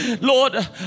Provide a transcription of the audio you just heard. Lord